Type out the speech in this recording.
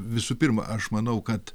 visų pirma aš manau kad